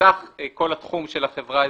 שבסך כל התחום של החברה האזורית.